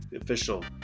official